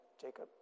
Jacob